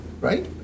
right